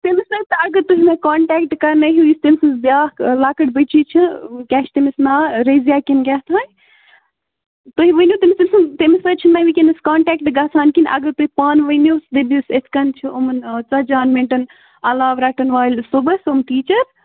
تٔمِس سۭتۍ اگر تُہۍ مےٚ کنٹیکٹ کرنٲوہو یُس تٔمۍ سٕنٛز بیاکھ لَکٕٹۍ بٔچی چھِ کیاہ چھُ تٔمِس ناو رضیہِ کنہِ کیاہ تھانۍ تُہۍ ؤنِو تٔمِس تمۍ سُنٛد تٔمِس سۭتۍ چھُنہٕ مےٚ ؤنکیٚس کنٹیٚکٹ گژھان اگر تُہۍ پانہٕ ؤنِو دٔپہوس یِتھ کٔنۍ چھِ یِمَن ژَتجی ہَن مِنٛٹَن علاوٕ رٹن وٲلۍ صُبحس یِم ٹیٖچر